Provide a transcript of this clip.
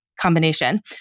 combination